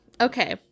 Okay